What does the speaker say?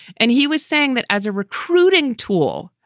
and he was saying that as a recruiting tool,